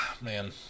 man